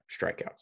strikeouts